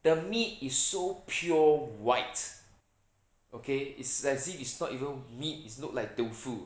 the meat is so pure white okay it's as if it's not even meat is looks like tofu